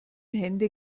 hände